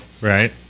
right